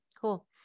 Cool